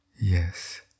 Yes